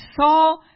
saw